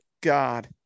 God